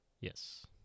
Yes